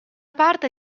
parte